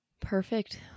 Perfect